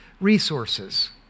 resources